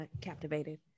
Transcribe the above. captivated